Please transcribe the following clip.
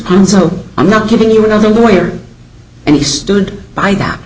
consul i'm not giving you another lawyer and he stood by that